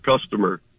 customer